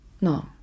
no